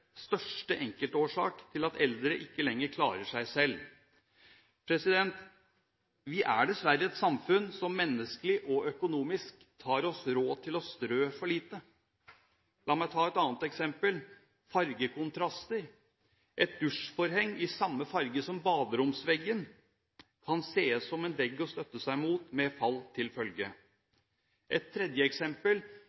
største enkeltårsak til at eldre ikke lenger klarer seg selv. Vi er dessverre et samfunn som menneskelig og økonomisk tar oss råd til å strø for lite. La meg ta et annet eksempel – fargekontraster: Et dusjforheng i samme farge som baderomsveggen kan ses som en vegg å støtte seg mot, med fall til følge.